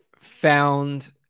found